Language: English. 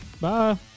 Bye